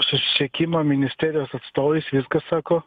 susisiekimo ministerijos atstovais viskas sako